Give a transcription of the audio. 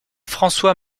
françois